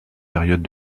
périodes